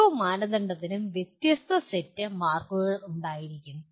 ഓരോ മാനദണ്ഡത്തിനും വ്യത്യസ്ത സെറ്റ് മാർക്കുകൾ ഉണ്ടായിരിക്കാം